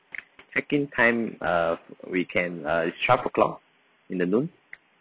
check-in time uh we can uh it's twelve O'clock in the noon